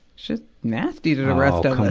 just nasty to the rest of us.